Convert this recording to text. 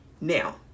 Now